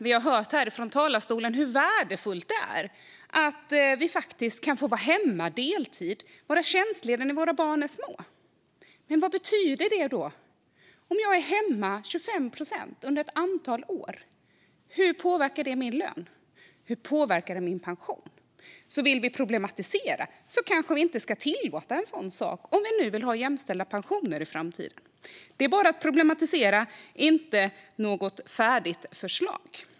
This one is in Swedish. Vi har hört från talarstolen hur värdefullt det är att vara hemma deltid, att vara tjänstlediga när våra barn är små. Men vad betyder det om jag är hemma 25 procent under ett antal år? Hur påverkar det min lön, och hur påverkar det min pension? Om vi vill problematisera frågan kanske vi inte ska tillåta något sådant, om vi vill ha jämställda pensioner i framtiden. Det är bara fråga om att problematisera, inte att lägga fram ett färdigt förslag.